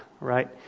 right